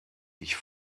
ich